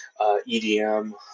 EDM